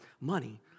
money